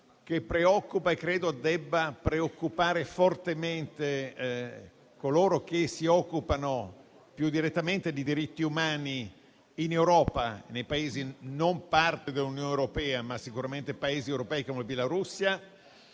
che preoccupa e che - credo - debba preoccupare fortemente coloro che si occupano più direttamente di diritti umani in Europa, nei Paesi non parte dell'Unione europea, ma sicuramente Paesi europei come la Bielorussia;